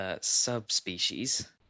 subspecies